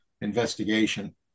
investigation